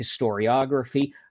historiography